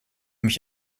mich